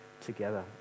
together